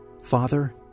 father